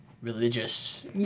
religious